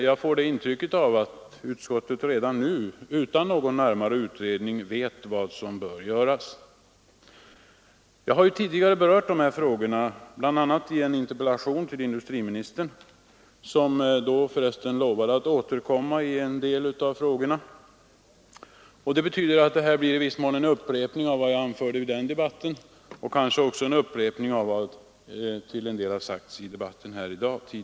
Jag får det intrycket att utskottet redan nu — utan närmare utredning — vet vad som bör göras. Jag har tidigare berört de här frågorna, bl.a. i en interpellation till industriministern, som då lovade att återkomma till en del av frågorna. Vad jag nu skall säga blir därför i viss mån en upprepning av vad jag anförde i interpellationsdebatten och kanske också till en del en upprepning av vad som har sagt3 i debatten i dag.